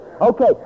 Okay